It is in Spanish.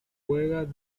juega